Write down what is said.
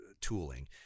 tooling